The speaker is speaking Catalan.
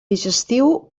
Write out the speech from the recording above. digestiu